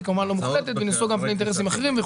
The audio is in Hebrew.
היא כמובן לא מוחלטת ויש גם אינטרסים אחרים.